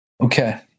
Okay